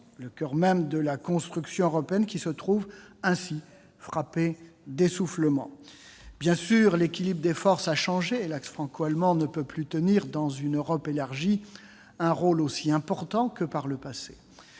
le coeur même de la construction européenne qui se trouve ainsi frappé d'essoufflement. Bien sûr, l'équilibre des forces a changé et l'axe franco-allemand ne peut plus tenir dans une Europe élargie un rôle aussi prépondérant que par le passé.